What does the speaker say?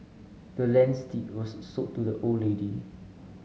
the land's deed was sold to the old lady